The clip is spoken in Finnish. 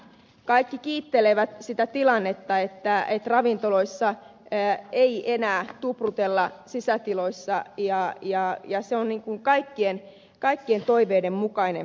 kaikki kiittelevät sitä tilannetta että ravintoloissa ei enää tuprutella sisätiloissa ja se on kaikkien toiveiden mukainen tilanne tällä hetkellä